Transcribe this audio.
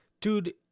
Dude